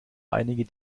einige